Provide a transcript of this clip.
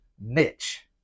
niche